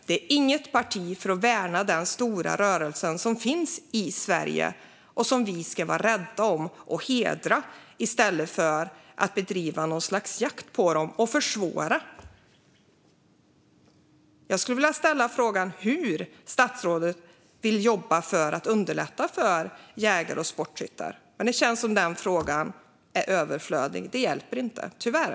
Det är inget parti för att värna denna stora rörelse som finns i Sverige och som vi ska vara rädda om och hedra i stället för att bedriva någon sorts jakt på den och försvåra för den. Jag skulle vilja ställa frågan hur statsrådet vill jobba för att underlätta för jägare och sportskyttar, men det känns som om det är lönlöst. Det hjälper inte, tyvärr.